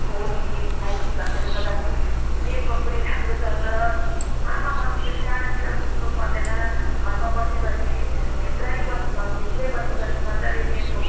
four G five G भएकोले गर्दा network पनि राम्रो चल्छ घरमा बसी बसी डाँडातिर कुद्नु पर्दैन घरमा बसी बसी भित्रै बसी घरको भित्रै बसी बसी मजाले नेट वर्क